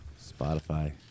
Spotify